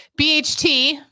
BHT